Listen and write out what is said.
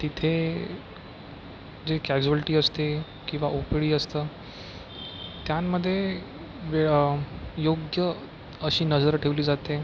तिथे जे कॅज्युअल्टी असते किंवा ओ पी डी असतं त्यांमध्ये वेळ योग्य अशी नजर ठेवली जाते